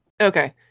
Okay